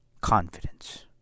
confidence